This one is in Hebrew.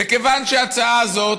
וכיוון שההצעה הזאת,